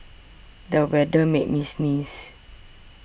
the weather made me sneeze